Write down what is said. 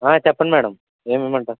చెప్పండి మేడం ఏమి ఇమ్మంటారు